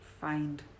find